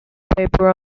paper